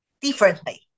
differently